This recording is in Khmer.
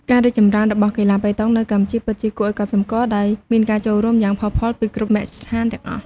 ការរីកចម្រើនរបស់កីឡាប៉េតង់នៅកម្ពុជាពិតជាគួរឱ្យកត់សម្គាល់ ដោយមានការចូលរួមយ៉ាងផុសផុលពីគ្រប់មជ្ឈដ្ឋានទាំងអស់។